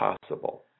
possible